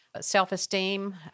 self-esteem